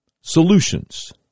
solutions